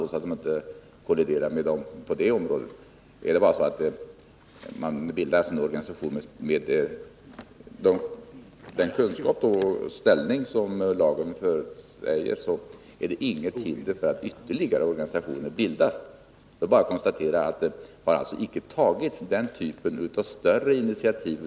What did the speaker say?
Det finns inget hinder för att det bildas ytterligare organisationer med den kunskap och ställning som lagen föreskriver. Jag bara konstaterar att det över huvud taget icke tagits den typen av större initiativ.